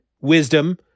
wisdom